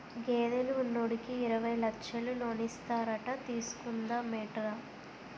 గేదెలు ఉన్నోడికి యిరవై లచ్చలు లోనిస్తారట తీసుకుందా మేట్రా